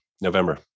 November